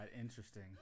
interesting